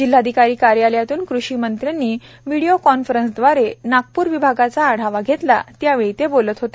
जिल्हाधिकारी कार्यालयातून कृषीमंत्र्यांनी व्हिडीओ कॉन्फरन्सदवारे नागपूर विभागाचा आढावा घेतला त्यावेळी ते बोलत होते